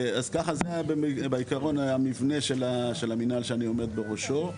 אז זה בעיקרון המבנה של המנהל שאני עומד בראשו.